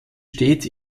steht